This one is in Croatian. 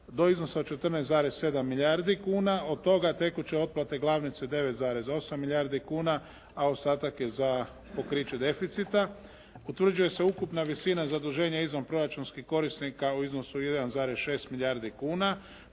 do iznosa od 14,7 milijardi kuna, od toga tekuće otplate glavnice 9,8 milijardi kuna, a ostatak je za pokriće deficita. Utvrđuje se ukupna visina zaduženja izvanproračunskih korisnika u iznosu od 1,6 milijardi kuna,